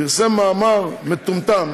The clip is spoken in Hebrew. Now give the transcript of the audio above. פרסם מאמר מטומטם